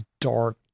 dark